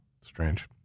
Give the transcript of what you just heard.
Strange